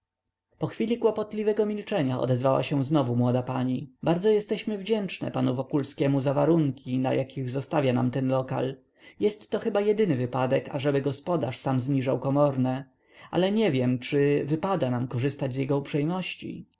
po chwili kłopotliwego milczenia odezwała się znowu młoda pani bardzo jesteśmy wdzięczne panu wokulskiemu za warunki na jakich zostawia nam ten lokal jestto chyba jedyny wypadek ażeby gospodarz sam zniżał komorne ale nie wiem czy wypada nam korzystać z jego uprzejmości